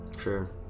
Sure